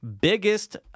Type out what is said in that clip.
biggest